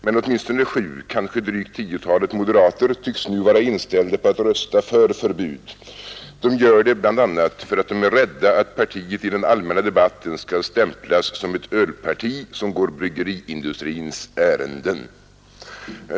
Men åtminstone sju, kanske drygt tiotalet moderater tycks nu vara inställda på att rösta för förbud. De gör det bl.a. därför att de är rädda för att partiet i den allmänna debatten skall stämplas som ett ölparti som går bryggeriindustrins ärenden.